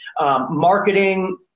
marketing